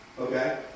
Okay